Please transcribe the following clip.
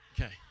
Okay